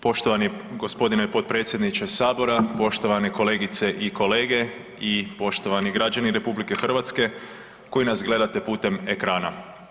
Poštovani g. potpredsjedniče Sabora, poštovane kolegice i kolege i poštovani građani RH koji nas gledate putem ekrana.